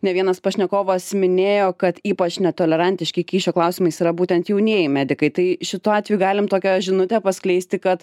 ne vienas pašnekovas minėjo kad ypač netolerantiški kyšio klausimais yra būtent jaunieji medikai tai šitu atveju galim tokią žinutę paskleisti kad